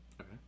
Okay